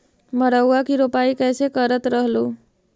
मड़उआ की रोपाई कैसे करत रहलू?